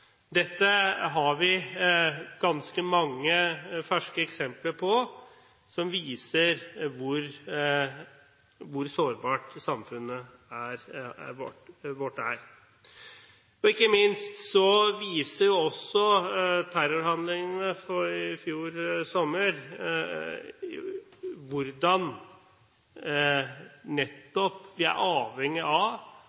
Dette har vi ganske mange ferske eksempler på som viser hvor sårbart samfunnet vårt er. Ikke minst viser terrorhandlingene i fjor sommer